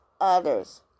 others